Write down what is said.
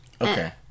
Okay